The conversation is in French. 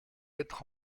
être